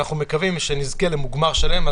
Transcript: אנחנו מקווים שנזכה למוגמר שלם.